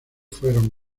fueron